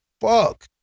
fuck